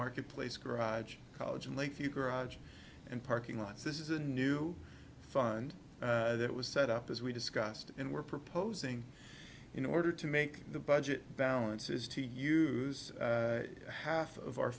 marketplace garage college and lakeview garage and parking lots this is a new fund that was set up as we discussed and we're proposing in order to make the budget balance is to use half of our